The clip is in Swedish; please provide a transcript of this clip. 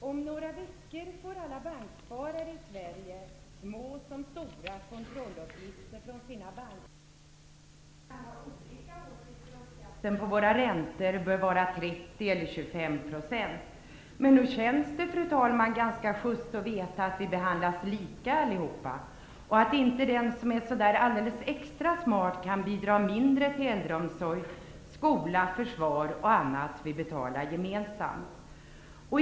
Fru talman! Om några veckor får alla banksparare, små som stora, kontrolluppgifter från sina banker. Vi kan ha olika åsikter om skatten på våra räntor bör vara 30 % eller 25 %. Men nog känns det, fru talman, ganska just att veta att vi allihop behandlas lika och att inte den som är så där alldeles extra smart kan bidra mindre till äldreomsorg, skola, försvar och annat vi betalar gemensamt.